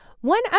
One